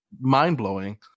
mind-blowing